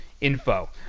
info